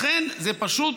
לכן, זו פשוט